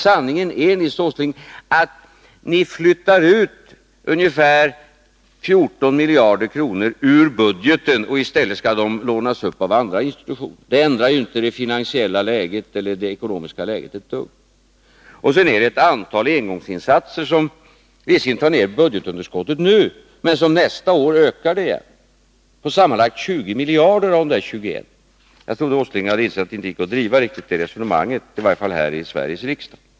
Sanningen är att ni flyttar ut ungefär 14 miljarder kronor ur budgeten. I stället skall de lånas upp av andra institutioner. Det ändrar inte det ekonomiska läget ett dugg. Vidare föreslår ni ett antal engångsinsatser, som visserligen tar ned budgetunderskottet nu men som nästa år ökar det igen. Det gäller sammanlagt 20 miljarder av dessa 21 miljarder. Jag trodde inte att Nils Åsling ville driva det ekonomiska resonemanget, åtminstone inte här i Sveriges riksdag.